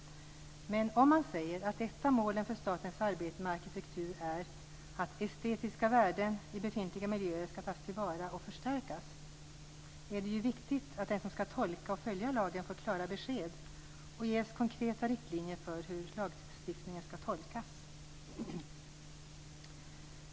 Men om man säger att ett av målen för statens arbete med arkitektur är att estetiska värden i befintliga miljöer skall tas till vara och förstärkas är det ju viktigt att den som skall tolka och följa lagen får klara besked och ges konkreta riktlinjer för hur lagstiftningen skall tolkas.